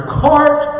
cart